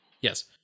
Yes